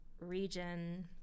region